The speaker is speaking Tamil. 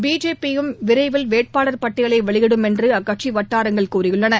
பிஜேபியும் விரைவில் வேட்பாளர் பட்டியலை வெளியிடும் என்ற அக்கட்சி வட்டாரங்கள் தெரிவித்துள்ளன